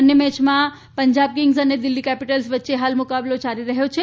અન્ય મેચમાં પંજાબ કિંગ્સ અને દિલ્ફી કેપીટલ વચ્ચે મુકાબલો યાલી રહ્યો છે